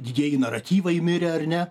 didieji naratyvai mirę ar ne